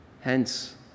Hence